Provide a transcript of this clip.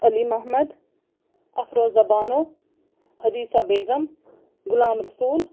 Ali Mohammad Afroza Bano Hadisa Begum Ghulam Rasool